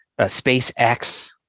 SpaceX